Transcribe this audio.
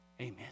amen